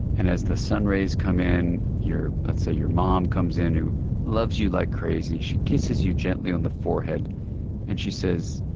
and as the sun rays come in let's say your mom comes in who loves you like crazy, she kisses you gently on the forehead and she says,